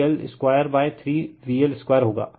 तो यह 3 RPL2 3VL2 होगा